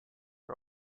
are